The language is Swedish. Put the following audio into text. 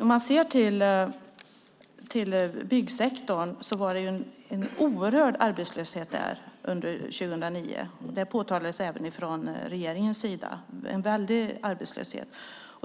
Om man ser till byggsektorn var det en oerhörd arbetslöshet där under 2009. Det påtalades även från regeringen. Det var en väldig arbetslöshet.